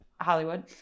Hollywood